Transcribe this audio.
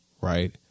right